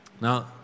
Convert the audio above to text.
Now